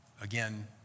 again